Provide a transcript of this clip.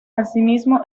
asimismo